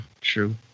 True